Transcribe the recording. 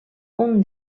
uns